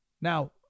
Now